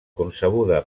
concebuda